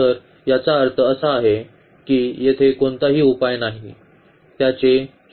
तर याचा अर्थ असा आहे की येथे कोणताही उपाय नाही ज्याचे येथे सोल्यूशन असू शकत नाही